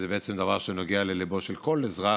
וזה בעצם דבר שנוגע לליבו של כל אזרח,